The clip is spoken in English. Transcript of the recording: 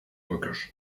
workers